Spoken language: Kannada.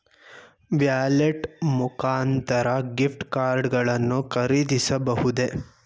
ವ್ಯಾಲೆಟ್ ಮುಖಾಂತರ ಗಿಫ್ಟ್ ಕಾರ್ಡ್ ಗಳನ್ನು ಖರೀದಿಸಬಹುದೇ?